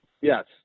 Yes